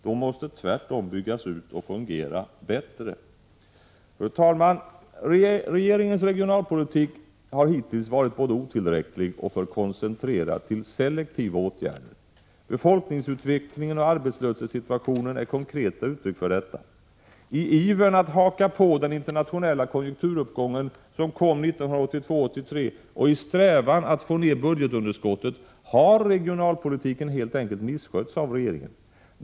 Tvärtom måste de byggas ut och fungera bättre. Fru talman! Regeringens regionalpolitik har hittills varit både otillräcklig och för koncentrerad till selektiva åtgärder. Befolkningsutvecklingen och arbetslöshetssituationen är konkreta uttryck för detta. I ivern att haka på den = Prot. 1986/87:129 internationella konjunkturuppgång som kom 1982—1983 och i strävan att få 22 maj 1987 ned budgetunderskottet, har regionalpolitiken helt enkelt misskötts av regeringen.